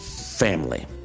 family